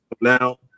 now